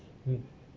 mm